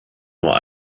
nur